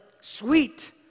sweet